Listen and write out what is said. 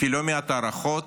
לפי לא מעט הערכות,